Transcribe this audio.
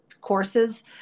courses